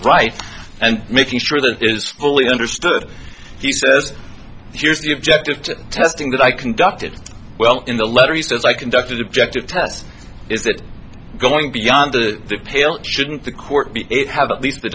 rights and making sure that is fully understood he says here's the objective testing that i conducted well in the letter he says i conducted objective tests is that going beyond the pale shouldn't the court have at least the